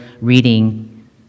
reading